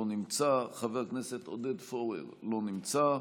חבר הכנסת אוריאל בוסו, לא נמצא,